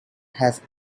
has